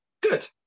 Good